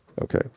Okay